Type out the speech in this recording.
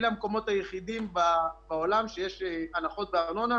אלה המקומות היחידים בעולם שיש הנחות בארנונה,